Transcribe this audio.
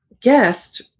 guest